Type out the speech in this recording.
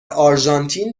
آرژانتین